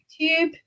YouTube